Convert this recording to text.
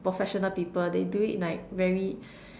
professional people they do it like very